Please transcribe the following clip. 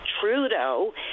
Trudeau